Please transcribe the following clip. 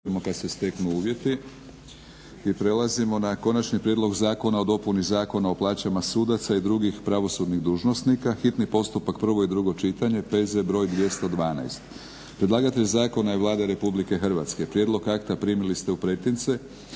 I prelazimo na - Konačni prijedlog zakona o dopuni Zakona o plaćama sudaca i drugih pravosudnih dužnosnika, hitni postupak, prvo i drugo čitanje PZ br. 212 Predlagatelj zakona je Vlada RH. Prijedlog akta primili ste u pretince.